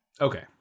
Okay